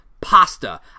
pasta